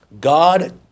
God